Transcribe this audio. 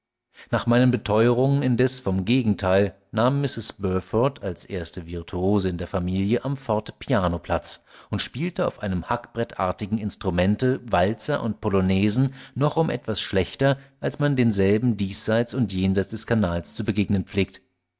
nach meinen beteuerungen indes vom gegenteil nahm mrs burford als erste virtuosin der familie am fortepiano platz und spielte auf einem hackbrettartigen instrumente walzer und polonaisen noch um etwas schlechter als man denselben diesseits und jenseits des kanals zu begegnen pflegt